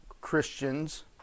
Christians